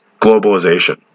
globalization